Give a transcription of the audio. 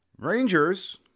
Rangers